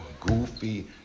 goofy